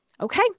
Okay